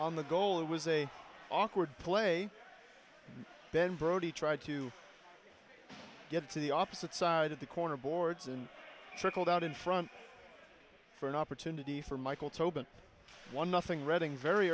on the goal it was a awkward play then brody tried to get to the opposite side of the corner boards and trickled out in front for an opportunity for michael to open one nothing